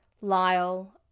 Lyle